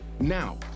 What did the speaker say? now